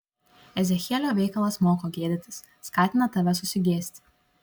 ezechielio veikalas moko gėdytis skatina tave susigėsti